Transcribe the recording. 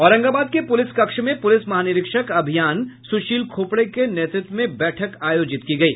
औरंगाबाद के पुलिस कक्ष में पुलिस महानिरीक्षक अभियान सुशील खोपड़े को नेतृत्व में बैठक आयोजित की गयी